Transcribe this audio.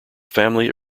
family